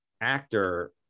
actor